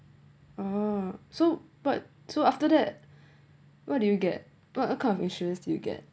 oh so but so after that what did you get what kind of insurance you get